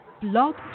blog